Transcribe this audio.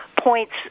points